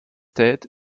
tête